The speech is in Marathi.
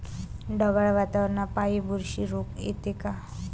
ढगाळ वातावरनापाई बुरशी रोग येते का?